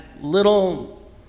little